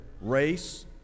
race